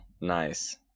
nice